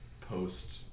post